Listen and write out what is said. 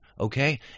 okay